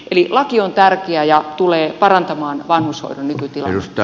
eli laki on tärkeä ja tulee parantamaan vanhushoidon nykytilannetta